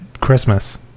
Christmas